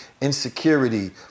Insecurity